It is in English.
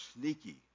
sneaky